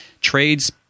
Trades